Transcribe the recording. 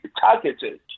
targeted